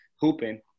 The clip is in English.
hooping